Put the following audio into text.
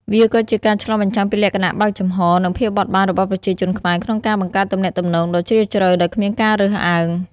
វាក៏ជាការឆ្លុះបញ្ចាំងពីលក្ខណៈបើកចំហរនិងភាពបត់បែនរបស់ប្រជាជនខ្មែរក្នុងការបង្កើតទំនាក់ទំនងដ៏ជ្រាលជ្រៅដោយគ្មានការរើសអើង។